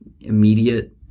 immediate